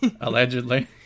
Allegedly